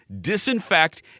disinfect